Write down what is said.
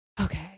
okay